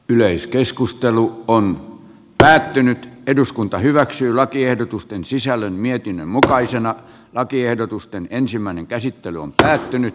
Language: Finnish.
yleiskeskustelu on päättynyt eduskunta hyväksyy lakiehdotusten sisällön mietinnön mukaisena lakiehdotusten ensimmäinen käsittely tulevaisuudessakin lähikoulu